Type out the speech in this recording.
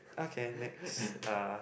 okay next uh